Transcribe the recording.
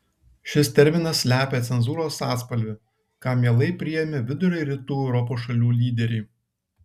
šis terminas slepia cenzūros atspalvį kam mielai priėmė vidurio ir rytų europos šalių lyderiai